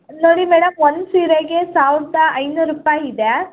ನೋಡಿ ಮೇಡಮ್ ಒಂದು ಸೀರೆಗೆ ಸಾವಿರ್ದ ಐನೂರು ರೂಪಾಯಿ ಇದೆ